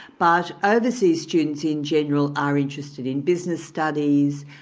but ah overseas students in general are interested in business studies,